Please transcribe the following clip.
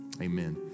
Amen